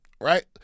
right